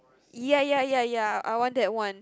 ya ya ya ya I want that one